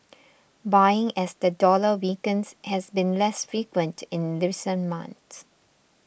buying as the dollar weakens has been less frequent in recent months